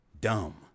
Dumb